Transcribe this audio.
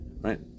right